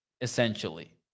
essentially